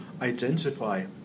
identify